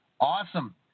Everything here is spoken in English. Awesome